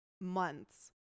months